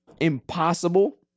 impossible